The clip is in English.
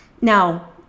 Now